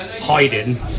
hiding